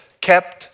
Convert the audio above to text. kept